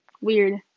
weird